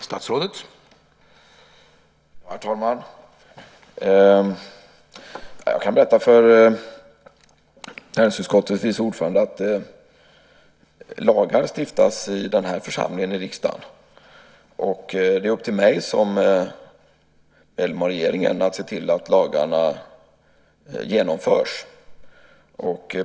Herr talman! Jag kan berätta för näringsutskottets vice ordförande att lagar stiftas i den här församlingen, i riksdagen. Det är upp till mig och regeringen att se till att lagarna genomförs.